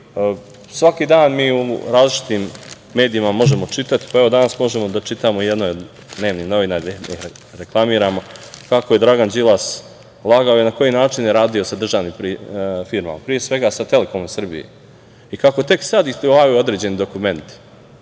dan u različitim medijima možemo čitati, pa evo danas možemo da čitamo u jednoj od dnevnih novina, da je ne reklamiramo, kako je Dragan Đilas lagao i na koji način je radio sa državnim firmama, pre svega sa „Telekomom Srbije“ i kako tek sad isplivaju određeni dokumenti